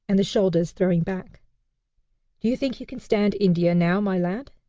and the shoulders throwing back. do you think you can stand india, now, my lad?